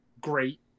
Great